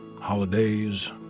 holidays